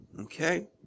Okay